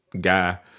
guy